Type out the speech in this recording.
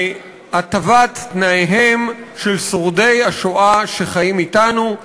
להטבת תנאיהם של שורדי השואה שחיים אתנו,